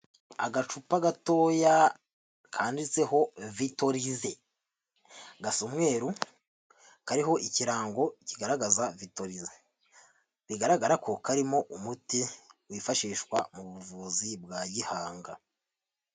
Agacupa gatoya kanditseho vitolize, gasa umweru. Kariho ikirango kigaragaza vitolize, bigaragara ko karimo umuti wifashishwa mu buvuzi bwa gihanga.